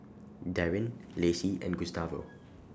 Darrin Lacie and Gustavo